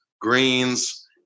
greens